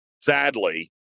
sadly